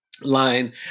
line